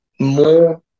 more